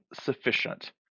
sufficient